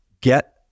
Get